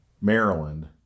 Maryland